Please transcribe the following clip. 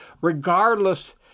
regardless